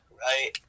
Right